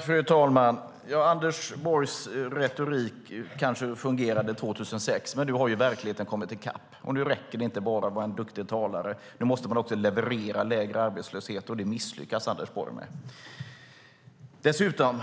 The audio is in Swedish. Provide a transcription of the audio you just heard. Fru talman! Anders Borgs retorik kanske fungerade 2006, men nu har verkligheten kommit i kapp. Nu räcker det inte att bara vara en duktig talare. Nu måste Anders Borg också leverera lägre arbetslöshet, och det misslyckas han med. Dessutom